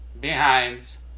behinds